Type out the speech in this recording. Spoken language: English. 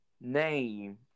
name